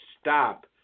stop